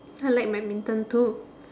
I like badminton too